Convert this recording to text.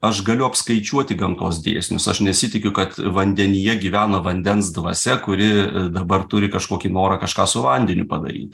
aš galiu apskaičiuoti gamtos dėsnius aš nesitikiu kad vandenyje gyvena vandens dvasia kuri dabar turi kažkokį norą kažką su vandeniu padaryti